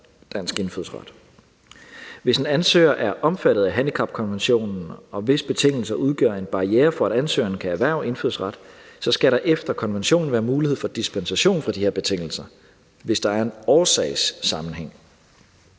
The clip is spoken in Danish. dansk indfødsret. Hvis en ansøger er omfattet af handicapkonventionen, og hvis betingelser udgør en barriere for, at ansøgeren kan erhverve indfødsret, skal der efter konventionen være mulighed for dispensation for de her betingelser, hvis der er en årsagssammenhæng.